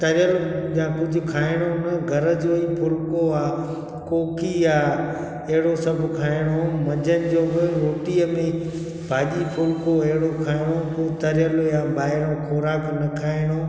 तरियल या कुझु खाइणो न घर जो ई फुलिको आहे कोकी आहे अहिड़ो सभु खाइणो मंझंदि जो बि रोटीअ में भाॼी फुलिको अहिड़ो खाइणो पोइ तरियल या ॿाहिरो ख़ुराक न खाइणो